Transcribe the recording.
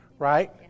Right